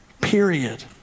period